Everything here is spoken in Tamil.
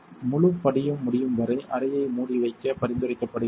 முழுப் படியும் முடியும் வரை அறையை மூடி வைக்க பரிந்துரைக்கப்படுகிறது